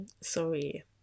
sorry